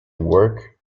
work